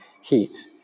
heat